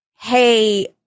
hey